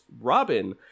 Robin